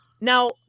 Now